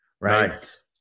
Right